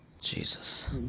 Jesus